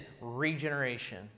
regeneration